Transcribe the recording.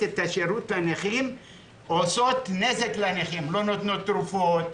את השירות לנכים עושות נזק לנכים: לא נותנות תרופות,